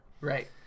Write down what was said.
Right